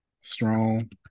strong